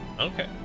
Okay